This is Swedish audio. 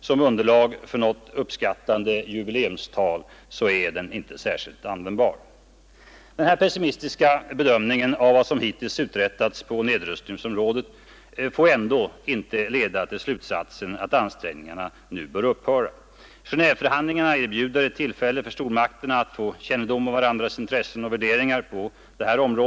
Som underlag för något uppskattande jubileumstal är den inte särskilt användbar. Den här pessimistiska bedömningen av vad som hittills uträttats på nedrustningsområdet får ändå inte leda till slutsatsen att ansträngningarna bör upphöra. Gentveförhandlingarna erbjuder ett tillfälle för stormakterna att få kännedom om varandras intressen och värderingar.